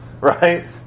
right